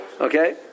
Okay